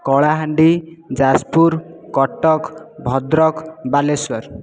Kalahandi Jajpur Cuttack Bhadrak Baleswar